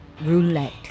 Roulette